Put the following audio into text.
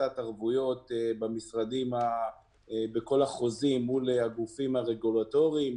הפחתת ערבויות בכל החוזים מול הגופים הרגולטורים,